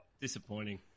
disappointing